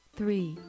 three